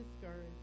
discouraged